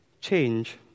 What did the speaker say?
change